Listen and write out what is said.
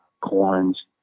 corns